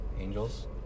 Angels